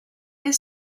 his